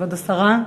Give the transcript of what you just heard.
כבוד השרה?